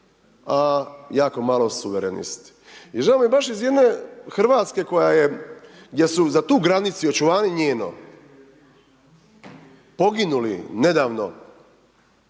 a jako malo suverenist. I žao mi je baš iz jedne Hrvatske koja je, gdje su za tu granicu i očuvanje njeno, poginuli nedavno,